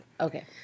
Okay